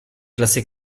classé